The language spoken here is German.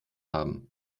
haben